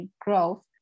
growth